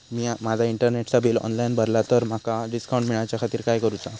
मी माजा इंटरनेटचा bill online भरला तर माका डिस्काउंट मिलाच्या खातीर काय करुचा?